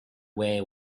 away